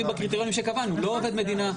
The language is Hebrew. בקריטריונים שקבענו: לא עובד מדינה,